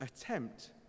attempt